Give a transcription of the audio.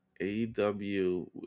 AEW